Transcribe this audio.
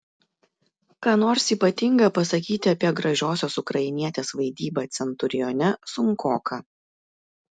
ką nors ypatinga pasakyti apie gražiosios ukrainietės vaidybą centurione sunkoka